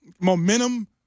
momentum